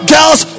Girls